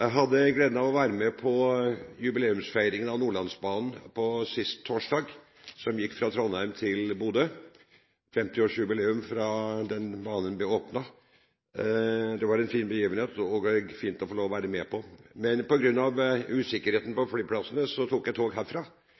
Jeg hadde sist torsdag gleden av å være med på feiringen av 50-årsjubileet for åpningen av Nordlandsbanen. Det var en fin begivenhet, og det var fint å være med på. Men på grunn av usikkerheten på flyplassene tok jeg tog herfra. Jeg fikk anledning til å reise med et tog som gikk på